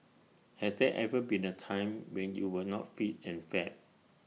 has there ever been A time when you were not fit and fab